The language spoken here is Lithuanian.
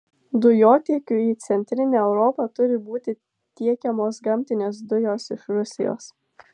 dujotiekiu į centrinę europą turi būti tiekiamos gamtinės dujos iš rusijos